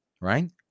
right